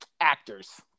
Actors